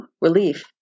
relief